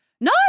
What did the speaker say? No